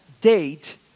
date